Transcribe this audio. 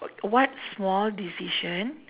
wh~ what small decision